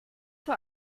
vor